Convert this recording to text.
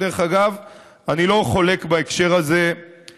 דרך אגב, אני לא חולק בהקשר הזה, מה הסכום?